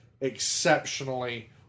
exceptionally